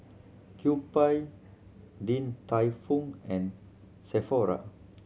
Kewpie Din Tai Fung and Sephora